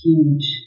Huge